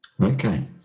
Okay